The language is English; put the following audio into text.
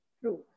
True